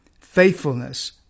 faithfulness